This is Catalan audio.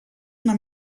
una